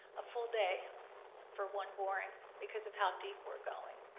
a full day for one boring because of how deep we're going.